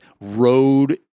road